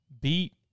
beat